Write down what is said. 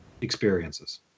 experiences